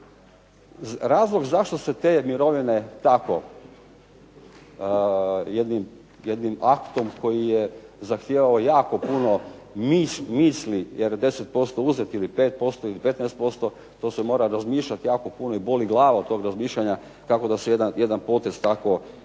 razloga zašto se te mirovine tako jednim aktom koji je zahtijevao jako puno misli, jer 10% uzeti, ili 5% ili 15%, to se jako puno mora razmišljati i boli glava od toga razmišljanja kako da se jedan takav